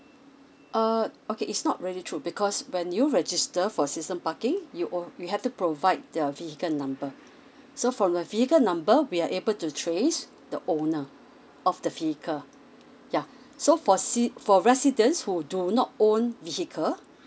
uh okay is not really true because when you register for season parking you ow~ you have to provide the vehicle number so from the vehicle number we are able to trace the owner of the figure yeuh so for sea for residents who do not own vehicle